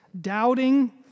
doubting